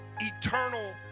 eternal